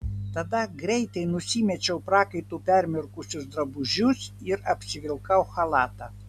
tada greitai nusimečiau prakaitu permirkusius drabužius ir apsivilkau chalatą